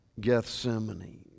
Gethsemane